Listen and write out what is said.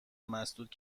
مسدود